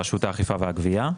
ורשות האכיפה והגבייה,